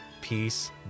peace